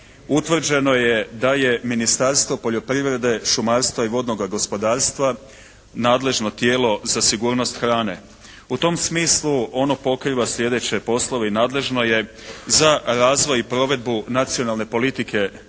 utvrđeno je da je Ministarstvo poljoprivrede, šumarstva i vodnoga gospodarstvo nadležno tijelo za sigurnost hrane. U tom smislu ono pokriva slijedeće poslove i nadležno je za razvoj i provedbu nacionalne politike